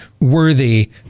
worthy